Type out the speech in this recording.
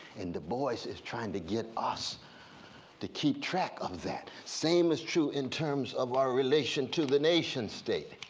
and du bois is trying to get us to keep track of that. same is true in terms of our relation to the nation state.